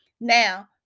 Now